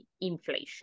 inflation